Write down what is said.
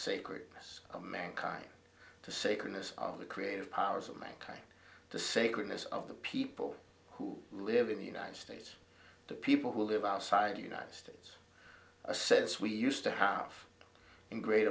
sacredness of mankind the sacredness of the creative powers of mankind the sacredness of the people who live in the united states the people who live outside the united states a sense we used to have in great